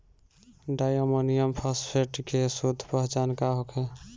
डाई ammonium phosphate के शुद्ध पहचान का होखे?